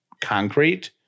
concrete